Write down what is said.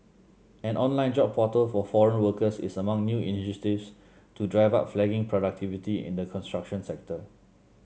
an online job portal for foreign workers is among new initiatives to drive up flagging productivity in the construction sector